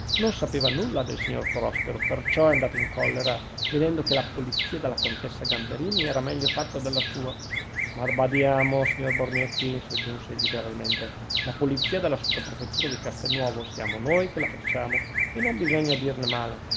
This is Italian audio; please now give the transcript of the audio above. non sapeva nulla del signor prospero perciò è andato in collera vedendo che la polizia della contessa gamberini era meglio fatta della sua ma badiamo signor borgnetti soggiunse egli gravemente la polizia della sottoprefettura di castelnuovo siamo noi che la facciamo e non bisogna dirne male